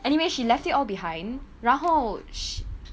anyway she left it all behind 然后